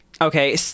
Okay